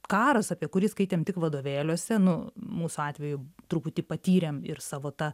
karas apie kurį skaitėm tik vadovėliuose nu mūsų atveju truputį patyrėm ir savo ta